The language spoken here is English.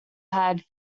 had